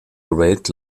great